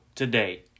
Today